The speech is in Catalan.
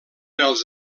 els